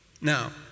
Now